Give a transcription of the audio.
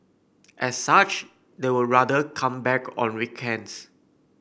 as such they would rather come back on weekends